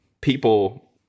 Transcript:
people